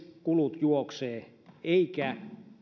kulut juoksevat eikä